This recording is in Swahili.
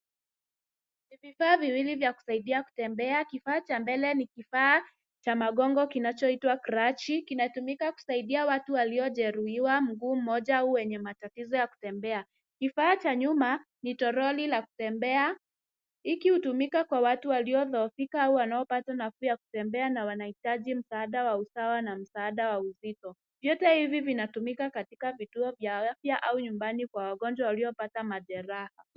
Ni vifaa viwili vya kusaidia kutembea. Kifaa cha mbele ni kifaa cha magongo kinachoitwa krachi. Kinatumika kusaidia watu waliojeruhiwa mguu mmoja au wenye matatizo ya kutembea. Kifaa cha nyuma ni toroli la kutembea hiki hutumika kwa watu waliodhoofika au watu wanaopata nafuu ya kutembea na wanahitaji msaada wa usawa na msaada wa uzito. Vyote hivi vinatumika katika vituo vya afya au nyumbani kwa wagonjwa waliopata majeraha.